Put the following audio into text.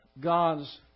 God's